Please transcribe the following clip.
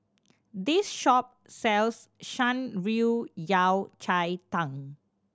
this shop sells Shan Rui Yao Cai Tang